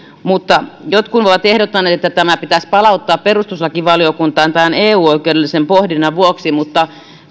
jotkut ovat ehdottaneet että tämä pitäisi palauttaa perustuslakivaliokuntaan tämän eu oikeudellisen pohdinnan vuoksi mutta